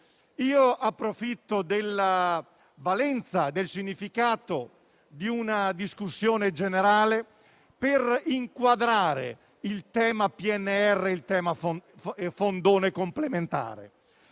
- approfitto della valenza e del significato di una discussione generale per inquadrare il tema del PNRR e del fondone complementare.